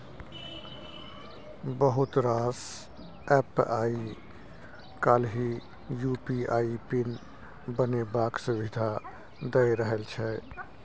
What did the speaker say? बहुत रास एप्प आइ काल्हि यु.पी.आइ पिन बनेबाक सुविधा दए रहल छै